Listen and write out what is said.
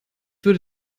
würde